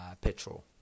petrol